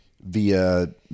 via